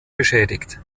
beschädigt